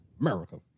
America